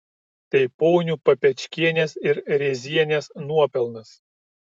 tai ponių papečkienės ir rėzienės nuopelnas